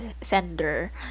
sender